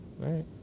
Right